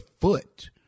foot